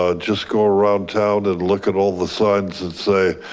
ah just go around town and look at all the signs and say,